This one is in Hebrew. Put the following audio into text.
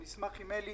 אני אשמח אם אלי